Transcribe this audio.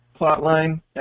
plotline